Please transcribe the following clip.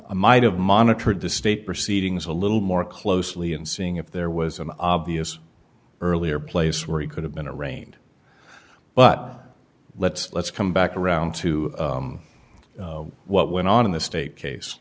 a might have monitored the state proceedings a little more closely and seeing if there was an obvious earlier place where he could have been arraigned but let's let's come back around to what went on in the state case